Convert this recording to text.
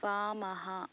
वामः